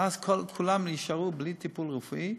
ואז כולם יישארו בלי טיפול רפואי?